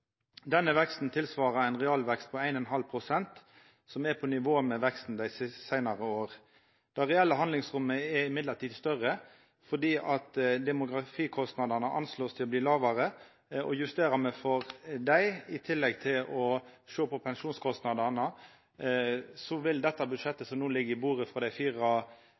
Denne veksten tilsvarer ein realvekst på 1,5 pst., som er på nivå med veksten dei seinare åra. Det reelle handlingsrommet er derimot større, fordi demografikostnadene er anslått til å bli lågare, og justerer me for dei, i tillegg til å sjå på pensjonskostnadene, vil dette budsjettet som no ligg på bordet frå dei fire